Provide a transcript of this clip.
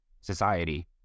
society